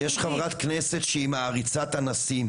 יש חברת כנסת שהיא מעריצת אנסים.